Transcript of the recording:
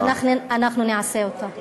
לכן אנחנו נעשה אותה.